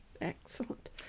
excellent